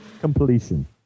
completion